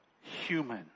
human